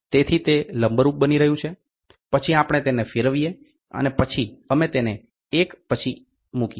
તેથી તે લંબરૂપ બની રહ્યું છે પછી આપણે તેને ફેરવીએ અને પછી અમે તેને એક પછી મૂકીએ